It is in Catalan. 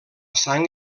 sang